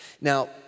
Now